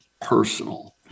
personal